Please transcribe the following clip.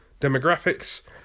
demographics